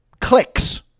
clicks